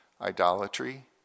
idolatry